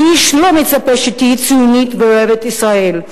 ואיש לא מצפה שתהיי ציונית ואוהבת ישראל.